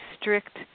strict